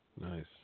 Nice